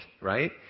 right